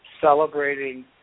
celebrating